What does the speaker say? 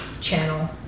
channel